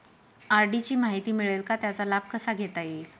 RD ची माहिती मिळेल का, त्याचा लाभ कसा घेता येईल?